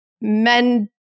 men